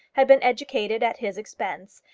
had been educated at his expense,